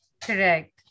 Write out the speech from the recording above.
Correct